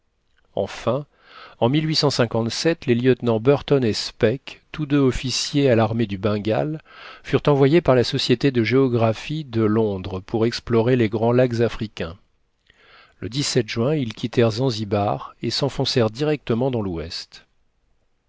enfin en les lieutenants burton et speke tous deux officiers à l'armée du bengale furent envoyés par la société de géographie de lon dres pour explorer les grands lacs africains le juin ils quittèrent zanzibar et s'enfoncèrent directement dans l'ouest